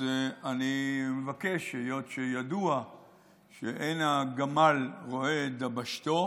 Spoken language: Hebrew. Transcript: אז אני מבקש, היות שידוע שאין הגמל רואה את דבשתו,